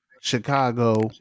Chicago